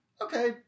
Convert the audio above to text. okay